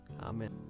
amen